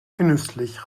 genüsslich